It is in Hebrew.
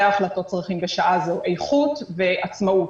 ההחלטות צריכים בשעה זו איכות ועצמאות.